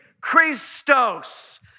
Christos